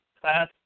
class